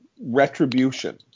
retribution